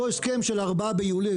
אותו הסכם של 4 ביולי,